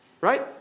Right